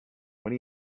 when